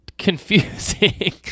confusing